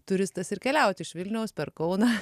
turistas ir keliauti iš vilniaus per kauną